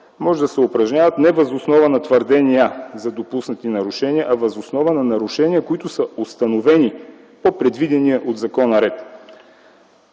може да се упражняват не въз основа на твърдения за допуснати нарушения, а въз основа на нарушения, които са установени по предвидения от закона ред.